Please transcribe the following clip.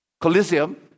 Coliseum